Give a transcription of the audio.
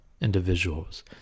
individuals